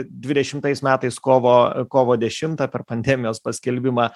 dvidešimais metais kovo kovo dešimtą per pandemijos paskelbimą